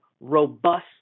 robust